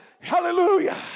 Hallelujah